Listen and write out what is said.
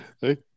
Hey